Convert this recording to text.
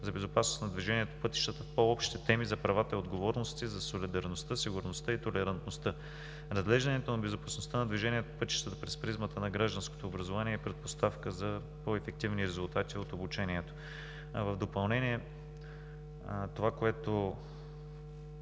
за безопасност на движението по пътищата в по-общи теми за правата и отговорностите, за солидарността, сигурността и толерантността. Разглеждането на безопасността на движение по пътищата през призмата на гражданското образование е предпоставка за по ефективни резултати от обучението. В допълнение, това, което